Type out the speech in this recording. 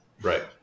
Right